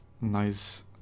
nice